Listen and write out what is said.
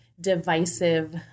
divisive